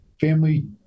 family